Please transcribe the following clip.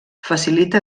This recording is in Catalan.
facilita